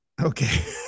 Okay